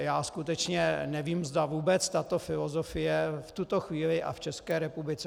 Já skutečně nevím, zda vůbec tato filozofie v tuto chvíli a v České republice...